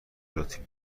لطفی